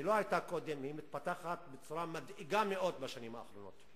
שלא היתה קודם והיא מתפתחת בצורה מדאיגה מאוד בשנים האחרונות.